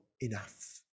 enough